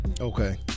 Okay